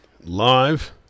live